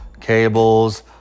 cables